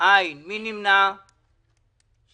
אין נמנעים,3